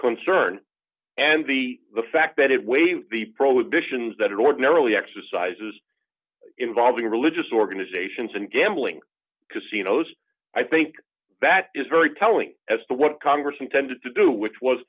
concern and the fact that it waived the prohibitions that it ordinarily exercises involving religious organizations in gambling casinos i think that is very telling as to what congress intended to do which was